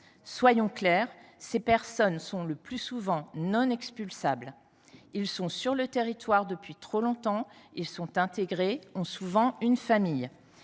Soyons clairs, ces personnes sont le plus souvent non expulsables : elles sont sur le territoire depuis trop longtemps, elles sont intégrées, elles ont souvent une famille.